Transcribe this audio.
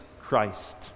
Christ